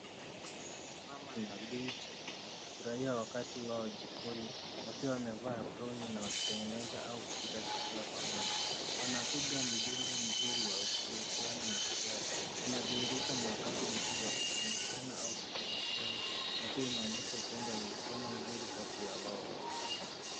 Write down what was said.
Mama na binti wakifurahia wakati wao jikoni wakiwa wamevaa aproni na wakitengeneza au kupika chakula pamoja. Wanapiga mdundo mzuri wa ushirikiano na furaha. Inadhihirika ni wakati mzuri wa kufundishana au kushirikiana na pia inaonyesha upendo au uhusiano mzuri kati ya wao wawili.